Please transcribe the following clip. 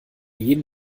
jeden